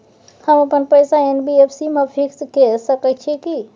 हम अपन पैसा एन.बी.एफ.सी म फिक्स के सके छियै की?